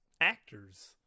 actors